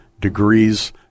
degrees